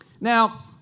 Now